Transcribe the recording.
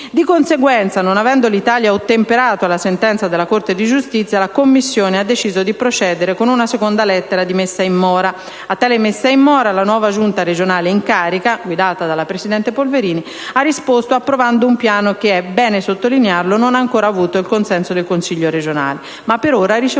Di conseguenza, non avendo l'Italia ottemperato alla sentenza della Corte di giustizia, la Commissione ha deciso di procedere con una seconda lettera di messa in mora. A tale messa in mora la nuova Giunta regionale in carica, guidata dalla presidente Polverini, ha risposto approvando un piano che, è bene sottolinearlo, non ha ancora ricevuto il consenso del Consiglio regionale ma, per ora, solo l'accettazione